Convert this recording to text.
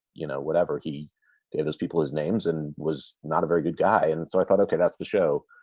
you know, whatever he gave those people as names and was not a very good guy. and so i thought, okay, that's the show.